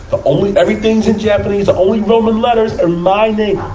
the only, everything's in japanese, the only roman letters are my name,